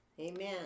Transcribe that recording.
Amen